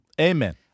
Amen